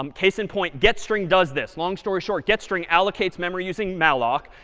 um case in point, getstring does this. long story short, getstring allocates memory using malloc.